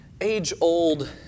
age-old